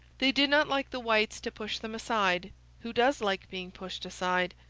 they did not like the whites to push them aside who does like being pushed aside?